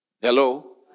Hello